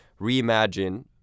reimagine